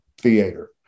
Theater